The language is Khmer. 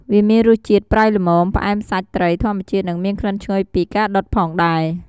វាមានរសជាតិប្រៃល្មម ផ្អែមសាច់ត្រីធម្មជាតិ និងមានក្លិនឈ្ងុយពីការដុតផងដែរ។